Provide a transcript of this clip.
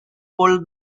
pulled